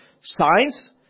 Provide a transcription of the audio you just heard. science